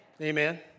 Amen